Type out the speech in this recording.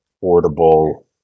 portable